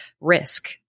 risk